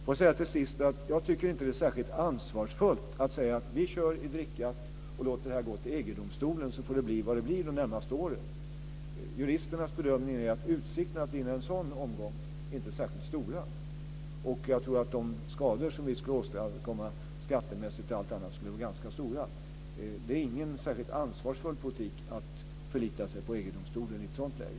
Låt mig till sist säga att jag inte tycker att det är särskilt ansvarsfullt att säga att vi kör i drickat och låter det här gå till EG-domstolen, så får det bli vad det blir de närmaste åren. Juristernas bedömning är att utsikten att vinna en sådan omgång inte är särskilt stora. Jag tror att de skador som vi skulle åstadkomma skattemässigt och på andra sätt skulle vara ganska stora. Det är ingen särskilt ansvarsfull politik att förlita sig på EG-domstolen i ett sådant läge.